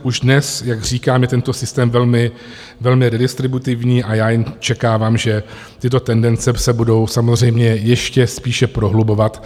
Už dnes, jak říkám, je tento systém velmi redistributivní a já očekávám, že tyto tendence se budou samozřejmě ještě spíše prohlubovat.